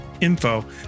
info